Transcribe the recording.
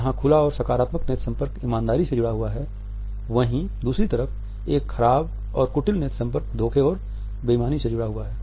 जहाँ खुला और सकारात्मक नेत्र संपर्क ईमानदारी से जुड़ा हुआ है वहीं दूसरी तरफ एक खराब और कुटिल नेत्र संपर्क धोखे और बेईमानी से जुड़ा है